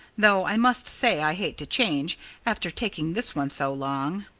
though i must say i hate to change after taking this one so long.